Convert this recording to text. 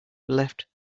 left